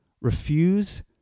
refuse